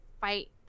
fight